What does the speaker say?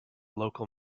local